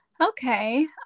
Okay